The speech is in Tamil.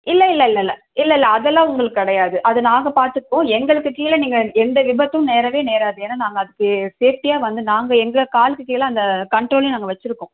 இல்லை இல்லை இல்லை இல்லை இல்லை இல்லை அதெல்லாம் உங்களுக்கு கிடையாது அது நாங்கள் பார்த்துப்போம் எங்களுக்கு கீழே நீங்கள் எந்த விபத்தும் நேரவே நேராது ஏனால் நாங்கள் அதுக்கு சேஃப்ட்டியாக வந்து நாங்கள் எங்கள் காலுக்கு கீழே அந்த கண்ட்ரோலையும் நாங்கள் வச்சுருக்கோம்